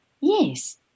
Yes